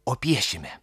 o piešime